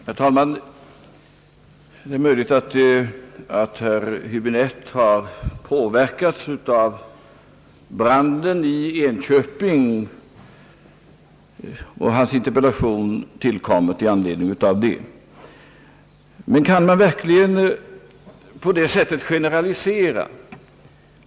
Herr talman! Det är möjligt att herr Häbinette har påverkats av branden i Enköping och att hans interpellation tillkommit i anledning av den. Kan man verkligen generalisera på det sättet?